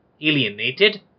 alienated